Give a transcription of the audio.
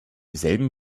selben